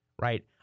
Right